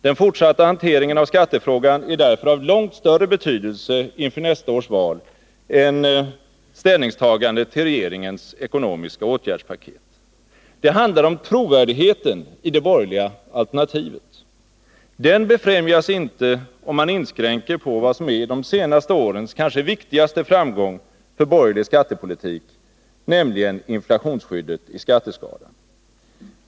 Den fortsatta hanteringen av skattefrågan är därför av långt större betydelse inför nästa års val än ställningstagandet i fråga om regeringens ekonomiska åtgärdspaket. Det handlar om trovärdigheten i det borgerliga alternativet. Den befrämjas inte, om man gör inskränkningar när det gäller de senaste årens kanske viktigaste framgång för borgerlig skattepolitik, nämligen inflationsskyddet i skatteskalan.